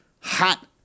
hot